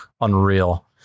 unreal